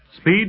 Speed